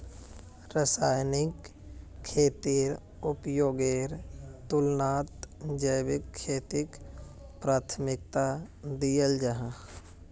रासायनिक खेतीर उपयोगेर तुलनात जैविक खेतीक प्राथमिकता दियाल जाहा